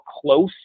close